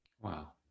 Wow